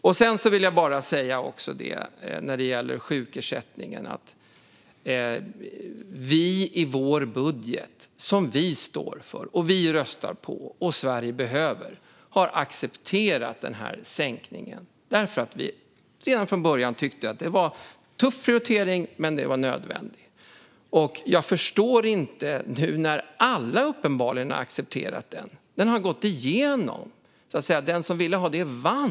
När det gäller sjukersättningen vill jag bara säga att vi i vår budget, som vi står för och röstar på och som Sverige behöver, har accepterat denna sänkning. Redan från början tyckte vi att det var en tuff prioritering men att den var nödvändig. Nu har uppenbarligen alla accepterat den. Den har gått igenom, och den som ville ha detta vann.